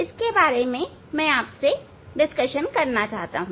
इसके बारे में मैं आपसे चर्चा करना चाहता हूं